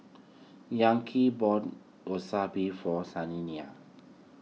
bought Wasabi for Shaniya